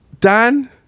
dan